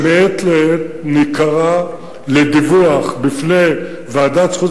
שמעת לעת ניקרא לדיווח בפני ועדת החוץ